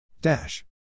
Dash